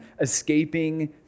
escaping